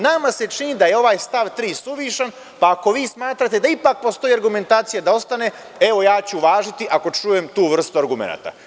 Nama se čini da je ovaj stav 3. suvišan, pa ako vi smatrate da ipak postoji argumentacija da ostane, ja ću uvažiti ako čujem tu vrstu argumenata.